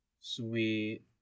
Sweet